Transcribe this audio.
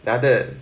then after that